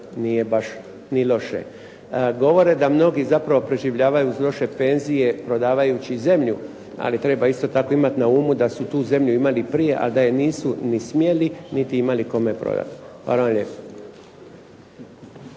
nije baš ni loše. Govore da mnogi zapravo preživljavaju uz loše penzije prodavajući zemlju, ali treba isto tako imati na umu da su tu zemlju imali i prije ali da ju nisu smjeli niti imali kome prodati. Hvala vam lijepa.